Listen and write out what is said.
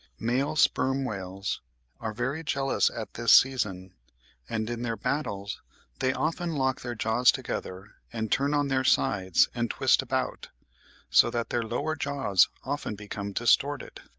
male sperm-whales are very jealous at this season and in their battles they often lock their jaws together, and turn on their sides and twist about so that their lower jaws often become distorted.